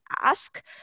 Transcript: ask